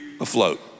afloat